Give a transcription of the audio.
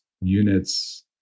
units